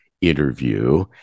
interview